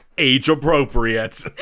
Age-appropriate